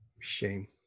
Shame